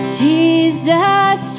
jesus